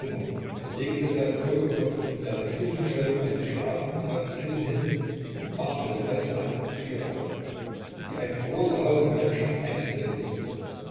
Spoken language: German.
legte seinen toten kopf in der natürlichen stellung eines schlafenden auf die kissen hin und machte mit fester hand die türe auf in die ein großer haufen menschen einzudringen suchte